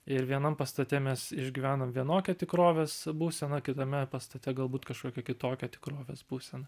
ir vienam pastate mes išgyvenam vienokią tikrovės būseną kitame pastate galbūt kažkokią kitokią tikrovės būseną